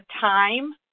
time